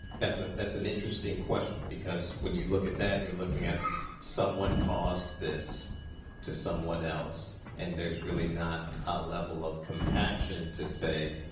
that's ah that's an interesting question because when you look at that, you're looking at someone caused this to someone else. and there's really not a level of compassion to say,